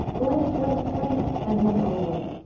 length, length, length, and then over.